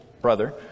brother